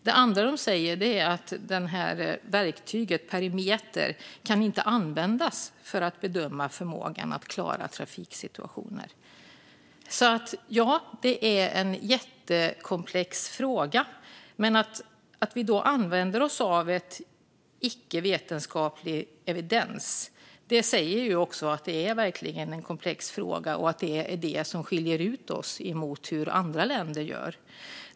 Det andra de säger är att perimeterverktyget inte kan användas för att bedöma förmågan att klara trafiksituationer. Det är som sagt en jättekomplex fråga, och att vi använder oss av icke vetenskaplig evidens skiljer ut oss i förhållande till hur andra länder gör.